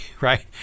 right